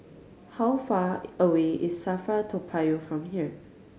how far away is SAFRA Toa Payoh from here